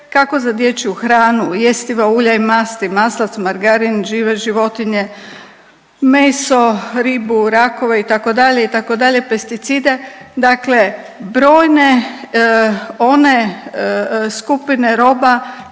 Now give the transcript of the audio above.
kako za dječju hranu, jestiva ulja i masti, maslac, margarin, žive životinje, meso, ribu, rakove itd., itd., pesticide, dakle brojne one skupine roba